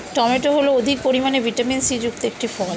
tomato হল অধিক পরিমাণে ভিটামিন সি যুক্ত একটি ফল